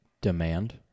demand